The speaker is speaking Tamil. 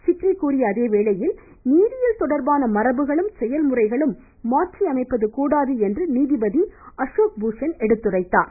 சிக்ரி கூறிய அதேவேளையில் நீதியியல் தொடர்பான மரபுகளும் செயல்முறைகளும் மாற்றி அமைப்பது கூடாது என்றும் நீதிபதி அசோக் பூஷன் எடுத்துரைத்தார்